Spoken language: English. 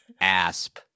ASP